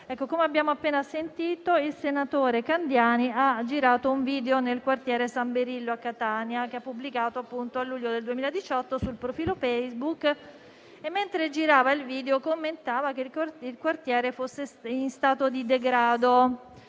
Come abbiamo appena sentito, il senatore Candiani ha girato un video nel quartiere San Berillo a Catania che ha pubblicato a luglio del 2018 sul profilo Facebook e mentre girava il video commentava che il quartiere fosse in stato di degrado,